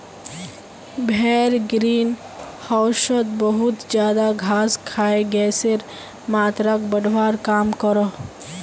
भेड़ ग्रीन होउसोत बहुत ज्यादा घास खाए गसेर मात्राक बढ़वार काम क्रोह